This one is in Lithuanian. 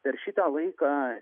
per šitą laiką